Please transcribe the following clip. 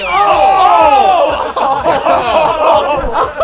oh!